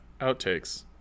outtakes